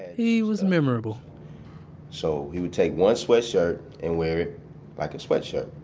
he was memorable so he would take one sweatshirt and wear it like a sweatshirt.